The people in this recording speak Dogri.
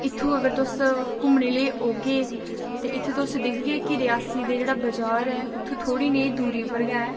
इत्थै अगर तुस घुम्मनै लेई औगे तां इत्थै तुस दिक्खगे कि रियासी दा जेह्ड़ा बाजार ऐ उत्थै थोह्ड़ी नेहीं दूरी उप्पर गै